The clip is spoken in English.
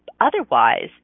Otherwise